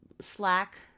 slack